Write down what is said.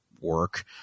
work